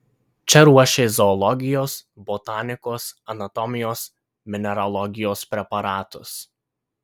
čia ruošė zoologijos botanikos anatomijos mineralogijos preparatus